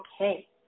Okay